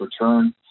return